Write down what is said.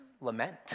lament